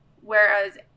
whereas